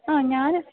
ആ ഞാൻ